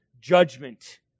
Judgment